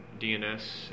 DNS